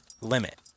limit